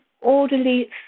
orderly